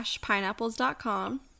pineapples.com